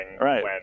right